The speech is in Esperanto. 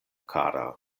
kara